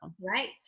Right